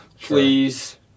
Please